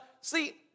See